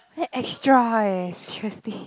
damn extra eh seriously